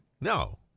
No